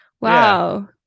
wow